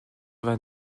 vingt